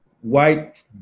white